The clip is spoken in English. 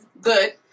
Good